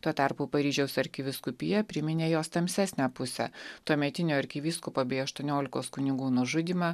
tuo tarpu paryžiaus arkivyskupija priminė jos tamsesnę pusę tuometinio arkivyskupo bei aštuoniolikos kunigų nužudymą